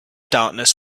darkness